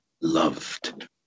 loved